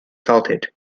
salted